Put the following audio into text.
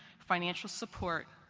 financial support,